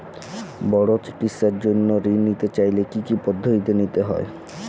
বড় চিকিৎসার জন্য ঋণ নিতে চাইলে কী কী পদ্ধতি নিতে হয়?